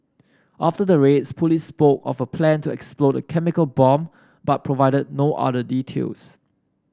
after the raids police spoke of a plan to explode a chemical bomb but provided no other details